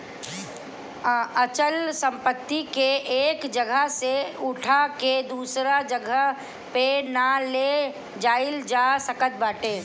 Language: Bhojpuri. अचल संपत्ति के एक जगह से उठा के दूसरा जगही पे ना ले जाईल जा सकत बाटे